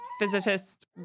physicist